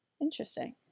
Interesting